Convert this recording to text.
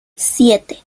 siete